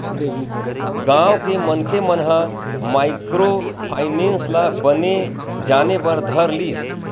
गाँव के मनखे मन ह माइक्रो फायनेंस ल बने जाने बर धर लिस